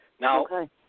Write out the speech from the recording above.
Now